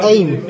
Aim